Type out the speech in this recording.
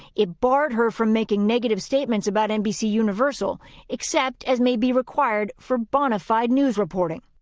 it barred her from making negative statements about nbc universal except as maybe required for bonafide news reporting.